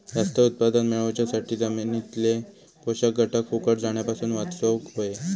जास्त उत्पादन मेळवच्यासाठी जमिनीतले पोषक घटक फुकट जाण्यापासून वाचवक होये